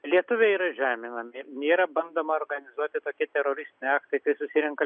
lietuviai yra žeminami yra bandoma organizuoti tokie teroristiniai aktai kai susirenka